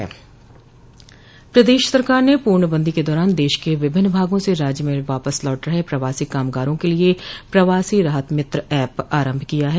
प्रदेश सरकार ने पूर्णबंदी के दौरान देश के विभिन्न भागों से राज्य में वापस लौट रहे प्रवासी कामगारों के लिए प्रवासी राहत मित्र ऐप आरंभ किया है